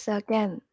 again